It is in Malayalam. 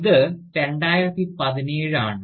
ഇത് 2017 ആണ്